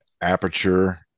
aperture